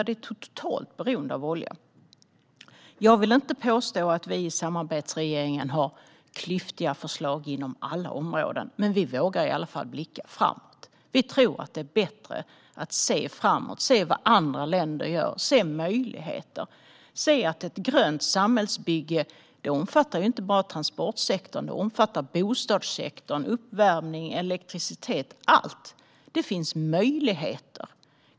Det är ett totalt beroende av olja. Jag vill inte påstå att vi i samarbetsregeringen har klyftiga förslag inom alla områden, men vi vågar i alla fall blicka framåt. Det är det andra sättet. Vi tror att det är bättre att se framåt, se vad andra länder gör och se möjligheter. Vi måste se att ett grönt samhällsbygge inte bara omfattar transportsektorn utan även bostadssektorn, uppvärmning, elektricitet - allt! Det finns möjligheter.